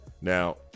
Now